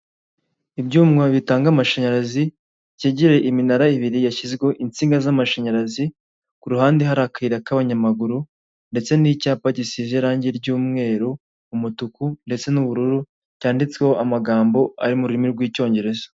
Ibyuma bitanga amashanyarazi kegereye iminara ibiri yashyizweho insinga z'amashanyarazi ku ruhande hari akayira k'abanyamaguru, ndetse n'icyapa gisize irangi ry'umweru, umutuku, ndetse n'ubururu cyanditseho amagambo ari mururimi rw'icyongereza.